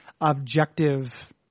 objective